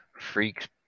freaks